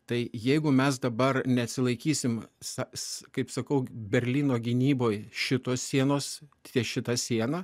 tai jeigu mes dabar neatsilaikysim sa kaip sakau berlyno gynyboj šitos sienos ties šita siena